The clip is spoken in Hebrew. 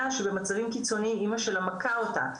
שבמצבים קיצוניים אמא שלה מכה אותה,